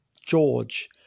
George